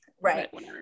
Right